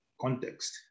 context